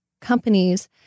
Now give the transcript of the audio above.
companies